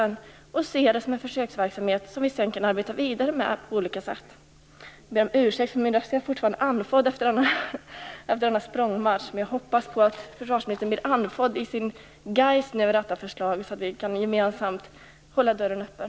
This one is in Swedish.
Vi bör se det som en försöksverksamhet som vi sedan kan arbeta vidare med på olika sätt. Jag ber om ursäkt för min röst. Jag är fortfarande andfådd efter språngmarschen. Jag hoppas att försvarsministern blir andfådd i sin iver över detta förslag, så att vi gemensamt kan hålla dörren öppen.